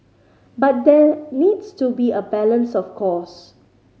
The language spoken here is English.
but there needs to be a balance of course